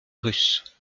russe